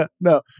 No